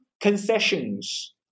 concessions